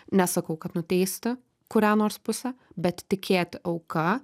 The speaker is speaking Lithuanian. nesakau kad nuteisti kurią nors pusę bet tikėti auka